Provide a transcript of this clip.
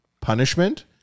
punishment